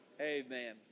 Amen